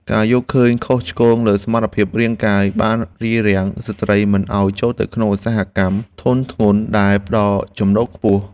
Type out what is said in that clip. ការយល់ឃើញខុសឆ្គងលើសមត្ថភាពរាងកាយបានរារាំងស្ត្រីមិនឱ្យចូលទៅក្នុងឧស្សាហកម្មធុនធ្ងន់ដែលផ្តល់ចំណូលខ្ពស់។